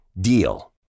DEAL